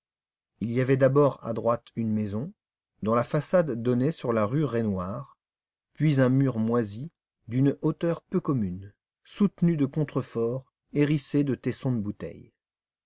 il y avait d'abord à droite une maison dont la façade donnait sur la rue raynouard puis un mur moisi d'une hauteur peu commune soutenu de contreforts hérissé de tessons de bouteilles